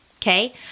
Okay